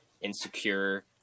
insecure